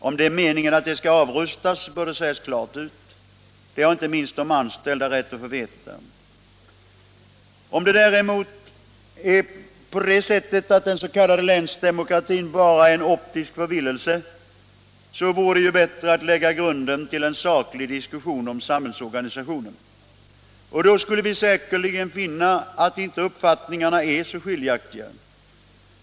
Om det är meningen att de skall avrustas bör detta sägas klart ut. Det har inte minst de anställda rätt att veta. Om det däremot är på det sättet att den s.k. länsdemokratin bara är en optisk förvillelse så vore det bättre att lägga grunden till en sakdiskussion om samhällsorganisationen. Och då skulle vi säkerligen finna att uppfattningarna inte är så skiljaktiga.